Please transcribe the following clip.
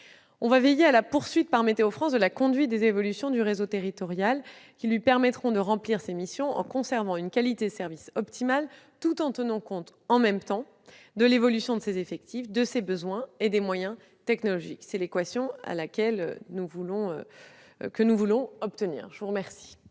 Nous veillerons à la poursuite, par Météo-France, de la conduite des évolutions du réseau territorial lui permettant de remplir ses missions en conservant une qualité de service optimale, tout en tenant compte de l'évolution de ses effectifs, de ses besoins et des moyens technologiques. Telle est l'équation que nous voulons résoudre.